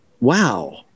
wow